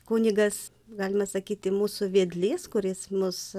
kunigas galima sakyti mūsų vedlys kuris mus